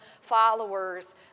followers